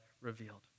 revealed